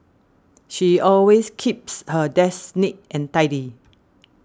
she always keeps her desk neat and tidy